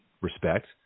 respect